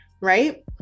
right